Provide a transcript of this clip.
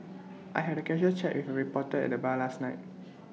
I had A casual chat with reporter at the bar last night